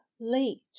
late